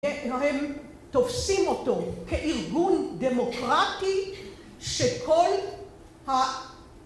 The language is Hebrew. הם תופסים אותו כארגון דמוקרטי שכל ה...